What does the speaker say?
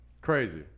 crazy